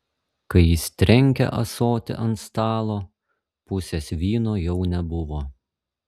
kai jis trenkė ąsotį ant stalo pusės vyno jau nebuvo